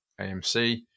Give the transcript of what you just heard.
AMC